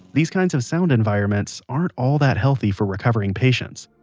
these kinds of sound environments aren't all that healthy for recovering patients